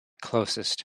closest